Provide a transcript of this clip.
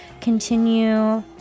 continue